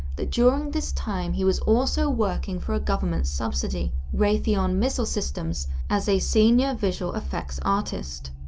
that during this time he was also working for a government subsidy, raytheon missile systems, as a senior visual effects artist.